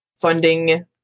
funding